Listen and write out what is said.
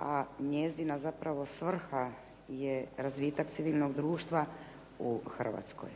a njezina zapravo svrha je razvitak civilnog društva u Hrvatskoj.